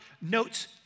notes